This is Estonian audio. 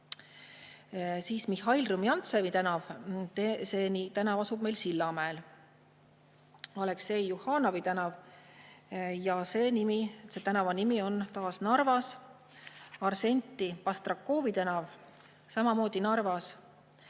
Siis Mihhail Rumjantsevi tänav, see tänav asub meil Sillamäel. Aleksei Juhhanovi tänav, see tänav on ka Narvas. Arsenti Bastrakovi tänav, samamoodi Narvas.